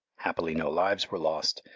happily no lives were lost,